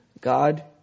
God